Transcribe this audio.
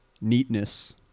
neatness